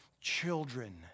Children